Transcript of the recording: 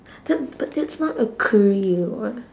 that but that's not a career [what]